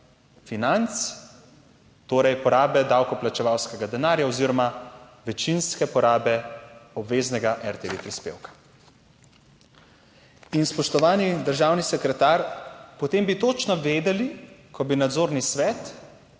financ, torej porabe davkoplačevalskega denarja oziroma večinske porabe obveznega RTV prispevka. In, spoštovani državni sekretar, potem bi točno vedeli, ko bi nadzorni svet